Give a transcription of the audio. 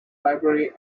library